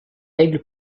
aigle